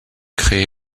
créé